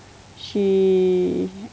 she